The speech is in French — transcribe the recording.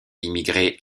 immigrés